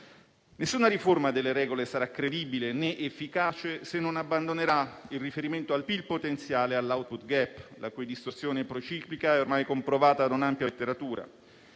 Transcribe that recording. Nessuna riforma delle regole sarà credibile né efficace se non abbandonerà il riferimento al PIL potenziale e all'*output gap*, la cui distorsione prociclica è ormai comprovata da una ampia letteratura.